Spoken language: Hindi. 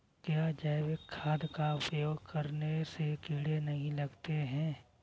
क्या जैविक खाद का उपयोग करने से कीड़े नहीं लगते हैं?